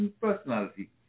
personality